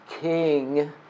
king